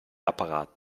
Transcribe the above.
apparat